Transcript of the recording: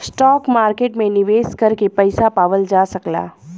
stock market में निवेश करके पइसा पावल जा सकला